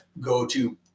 go-to